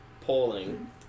polling